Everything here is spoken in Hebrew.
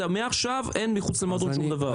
מעכשיו אין מחוץ למועדון שום דבר.